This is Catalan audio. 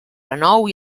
renou